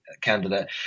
candidate